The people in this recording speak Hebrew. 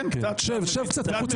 כן, קצת יותר, קצת מבין.